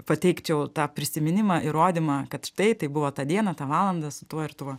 pateikčiau tą prisiminimą įrodymą kad štai tai buvo tą dieną tą valandą su tuo ir tuo